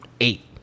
eight